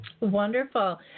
Wonderful